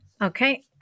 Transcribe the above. Okay